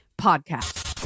Podcast